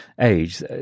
age